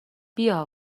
بیا